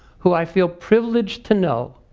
who i feel privileged to know,